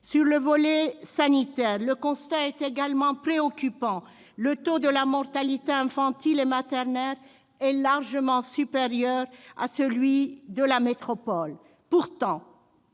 Sur le volet sanitaire également, le constat est préoccupant. Ainsi, le taux de la mortalité infantile et maternelle est largement supérieur à celui de la métropole. Pourtant,